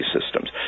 systems